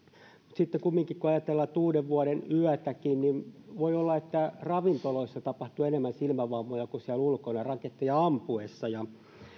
sitten kumminkin kun ajatellaan uudenvuodenyötäkin niin voi olla että ravintoloissa tapahtuu enemmän silmävammoja kuin siellä ulkona raketteja ampuessa